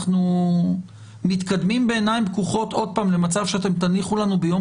אנחנו מתקדמים בעיניים פקוחות למצב שאתם תניחו לנו ביום